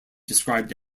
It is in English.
described